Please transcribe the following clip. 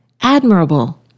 admirable